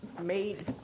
made